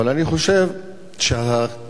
אבל אני חושב שהקווים,